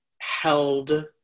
held